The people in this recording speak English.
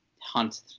hunt